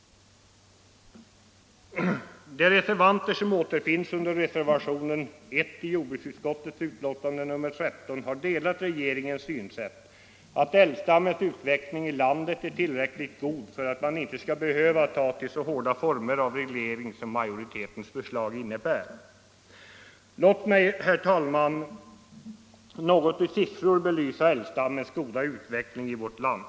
De reservanter som återfinns under reservationen 1 i jordbruksutskottets betänkande nr 13 har delat regeringens synsätt att älgstammens utveckling i landet är tillräckligt god för att man inte skall behöva ta till så hårda former av reglering som majoritetens förslag innebär. Låt mig, herr talman, i siffror något belysa älgstammens goda utveckling i vårt land.